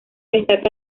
destaca